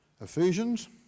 Ephesians